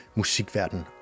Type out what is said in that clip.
musikverden